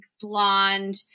blonde